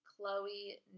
Chloe